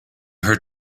her